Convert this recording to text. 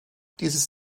dieses